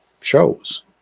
shows